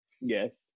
yes